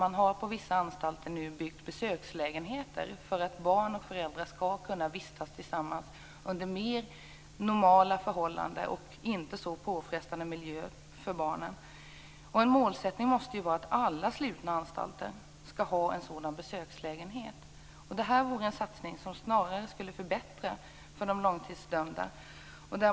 Man har på vissa anstalter byggt besökslägenheter för att barn och föräldrar skall kunna vistas tillsammans under mer normala förhållanden och i en för barnen mindre påfrestande miljö. En målsättning måste vara att alla slutna anstalter skall ha en sådan besökslägenhet. Det är en satsning som skulle förbättra för de långtidsdömda.